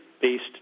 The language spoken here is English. based